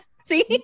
See